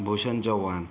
Bhushan Chavan